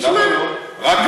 תשמע, למה לא?